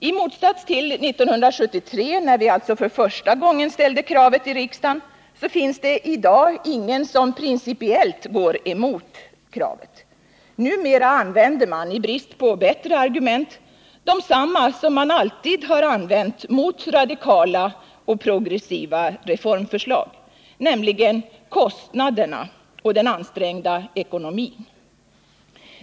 I motsats till 1973, när vi första gången förde fram kravet i riksdagen, finns det i dag ingen som principiellt går emot kravet. Nr 23 Numera använder man, i brist på bättre argument, de som man alltid har Onsdagen den använt mot radikala och progressiva reformförslag, nämligen kostnaderna 7 november 1979 och den ansträngda ekonomin.